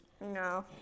No